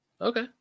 Okay